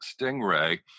Stingray